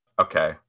okay